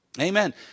Amen